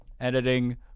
editing